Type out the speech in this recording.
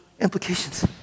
implications